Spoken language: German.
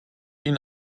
ihn